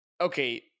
okay